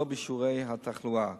ולא בשיעורי התחלואה.